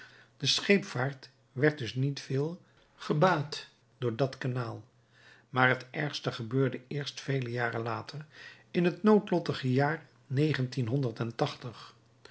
de scheepvaart werd dus niet veel gebaat door dat kanaal maar het ergste gebeurde eerst vele jaren later in het noodlottige jaar